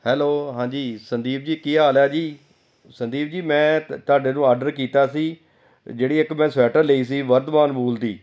hello ਹਾਂਜੀ ਸੰਦੀਪ ਜੀ ਕੀ ਹਾਲ ਆ ਜੀ ਸੰਦੀਪ ਜੀ ਮੈਂ ਤ ਤੁਹਾਡੇ ਤੋਂ ਆਡਰ ਕੀਤਾ ਸੀ ਜਿਹੜੀ ਇੱਕ ਮੈਂ ਸਵੈਟਰ ਲਈ ਸੀ ਵਰਧਮਾਨ ਵੂਲ ਦੀ